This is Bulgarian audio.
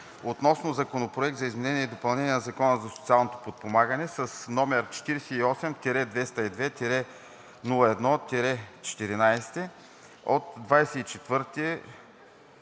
относно Законопроект за изменение и допълнение на Закона за социално подпомагане, № 48-202-01-14, от 24